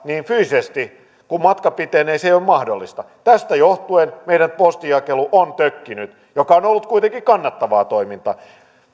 niin fyysisesti kun matka pitenee se ei ole mahdollista tästä johtuen meidän postinjakelu on tökkinyt ja kuitenkin se on ollut kannattavaa toimintaa